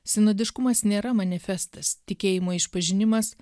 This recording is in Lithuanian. sinodiškumas nėra manifestas tikėjimo išpažinimas